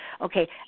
Okay